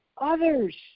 Others